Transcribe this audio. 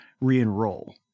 re-enroll